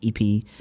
EP